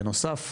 בנוסף,